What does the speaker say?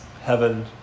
heaven